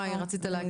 כן.